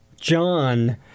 John